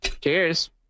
Cheers